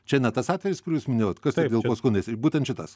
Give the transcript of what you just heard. čia ne tas atvejis kur jūs minėjot kas ir dėl ko skundėsi būtent šitas